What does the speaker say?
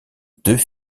deux